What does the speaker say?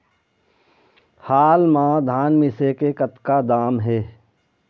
हाल मा धान मिसे के कतका दाम हे?